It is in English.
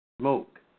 smoke